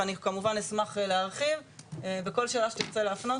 ואני כמובן אשמח להרחיב בכל שאלה שתרצו להפנות.